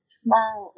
small